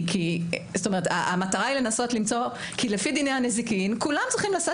כי לפי דיני הנזיקין כולם צריכים לשאת